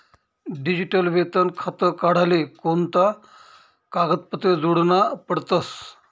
Digital वेतन खातं काढाले कोणता कागदपत्रे जोडना पडतसं?